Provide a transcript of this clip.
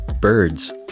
Birds